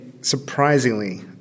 surprisingly